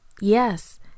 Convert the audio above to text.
Yes